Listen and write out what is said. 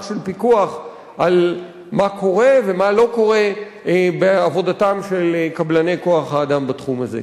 של פיקוח על מה קורה ומה לא קורה בעבודתם של קבלני כוח-האדם בתחום הזה.